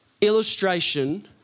illustration